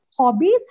Hobbies